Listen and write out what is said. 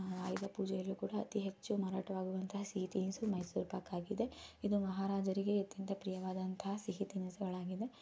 ಆಯುಧ ಪೂಜೆಯಲ್ಲೂ ಕೂಡ ಅತಿ ಹೆಚ್ಚು ಮಾರಾಟವಾಗುವಂತಹ ಸಿಹಿ ತಿನಿಸು ಮೈಸೂರು ಪಾಕ್ ಆಗಿದೆ ಇದು ಮಹಾರಾಜರಿಗೆ ಅತ್ಯಂತ ಪ್ರಿಯವಾದಂತಹ ಸಿಹಿ ತಿನಿಸುಗಳಾಗಿದೆ